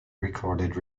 recorded